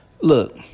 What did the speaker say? Look